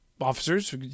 officers